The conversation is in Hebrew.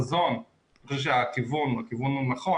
החזון, אני חושב שהכיוון הוא כיוון נכון